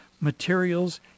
materials